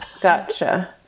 gotcha